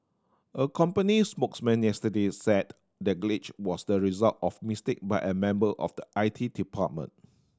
a company spokesman yesterday said the glitch was the result of mistake by a member of the I T department